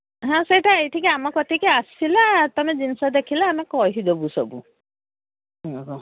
ହଁ ସେଇଟା ଏଇଠିକି ଆମ କତିକି ଆସିଲା ତମେ ଜିନିଷ ଦେଖିଲା ଆମେ କହିଦେବୁ ସବୁ